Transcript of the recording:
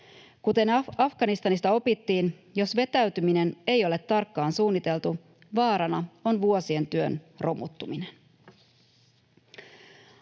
Kuten Afganistanista opittiin, jos vetäytyminen ei ole tarkkaan suunniteltu, vaarana on vuosien työn romuttuminen.